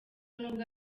n’ubwo